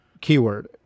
keyword